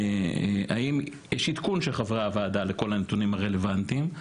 האם יש עדכון של חברי הוועדה לכל הנתונים הרלוונטיים.